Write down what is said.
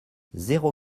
zéro